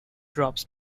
drops